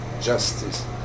justice